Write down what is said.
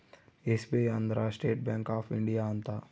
SBI ಅಂದ್ರ State Bank of India ಅಂತ